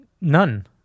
None